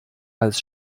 als